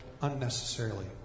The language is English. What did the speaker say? unnecessarily